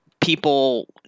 people